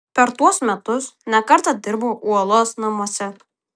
per tuos metus ne kartą dirbau uolos namuose